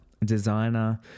designer